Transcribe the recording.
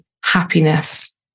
happiness